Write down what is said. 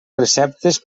receptes